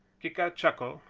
creaker chuckled,